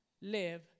live